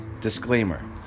Disclaimer